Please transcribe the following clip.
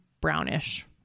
brownish